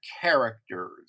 characters